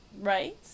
right